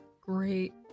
Great